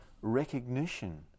recognition